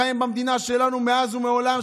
חיים במדינה שלנו מאז ומעולם,